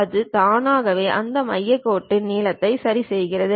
அது தானாகவே அந்த மையக் கோடு நீளத்தை சரிசெய்கிறது